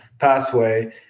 pathway